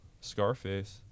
Scarface